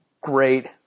great